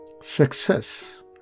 Success